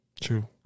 True